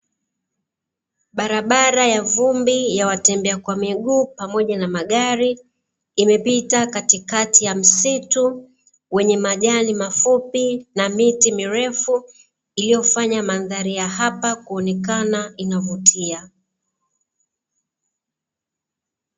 Barabara ya vumbi ya watembea kwa miguu pamoja na magari, imepita katikati ya msitu wenye majani mafupi na miti mirefu iliyofanya mandhari ya hapa kuonekana inavutia.